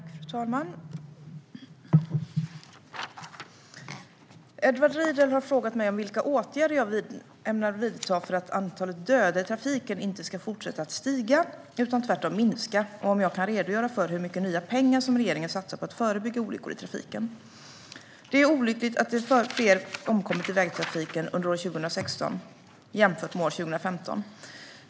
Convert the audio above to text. Fru ålderspresident! Edward Riedl har frågat mig vilka åtgärder jag ämnar vidta för att antalet döda i trafiken inte ska fortsätta att stiga, utan tvärtom minska, och om jag kan redogöra för hur mycket nya pengar som regeringen satsar på att förebygga olyckor i trafiken. Det är olyckligt att fler har omkommit i vägtrafiken under år 2016 jämfört med år 2015.